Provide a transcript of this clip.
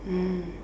mm